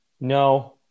No